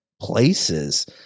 places